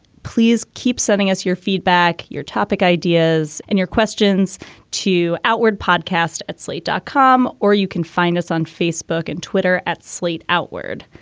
please keep sending us your feedback, your topic ideas and your questions to outward podcast at slate dot com. or you can find us on facebook and twitter at slate outward.